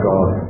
God